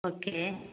okay